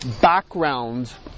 background